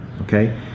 okay